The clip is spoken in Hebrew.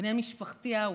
בני משפחתי האהובים,